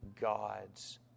God's